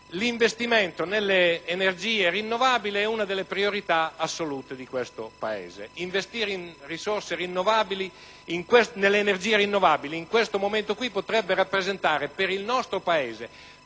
l'investimento nelle energie rinnovabili è una delle priorità assolute di quel Paese. Investire nelle energie rinnovabili in questo momento potrebbe rappresentare molto per il nostro Paese